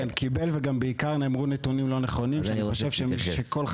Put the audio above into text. אז אני רוצה שתתייחס,